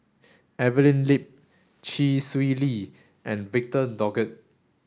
Evelyn Lip Chee Swee Lee and Victor Doggett